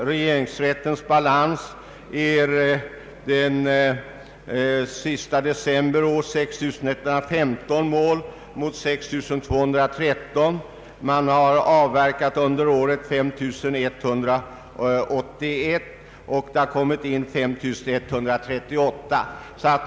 Regeringsrättens balans per den 31 december var 6 170 mål mot 6 213 ett år tidigare. Man har under året avverkat 5 181 mål, och det har kommit in 5 138.